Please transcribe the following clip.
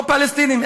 או פלסטינים,